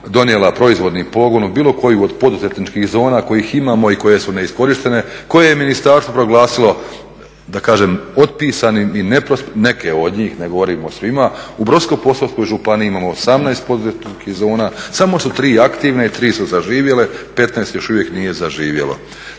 donijela proizvodni pogon u bilo koju od poduzetničkih zona kojih imamo i koje su neiskorištene koje je ministarstvo proglasilo, da kažem, otpisanim i, neke od njih, ne govorim o svima. U Brodsko-posavskoj županiji imamo 18 poduzetničkih zona, samo su 3 aktivne, 3 su zaživjele, 15 još uvijek nije zaživjelo.